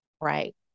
right